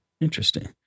Interesting